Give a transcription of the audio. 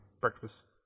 breakfast